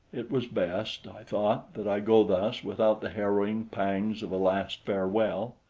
it was best, i thought, that i go thus without the harrowing pangs of a last farewell.